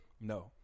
no